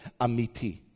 Amiti